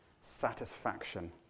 satisfaction